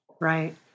right